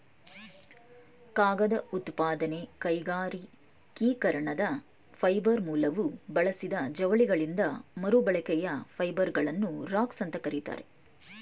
ಕಾಗದ ಉತ್ಪಾದನೆ ಕೈಗಾರಿಕೀಕರಣದ ಫೈಬರ್ ಮೂಲವು ಬಳಸಿದ ಜವಳಿಗಳಿಂದ ಮರುಬಳಕೆಯ ಫೈಬರ್ಗಳನ್ನು ರಾಗ್ಸ್ ಅಂತ ಕರೀತಾರೆ